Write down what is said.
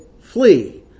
flee